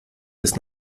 bis